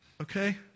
okay